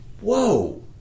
Whoa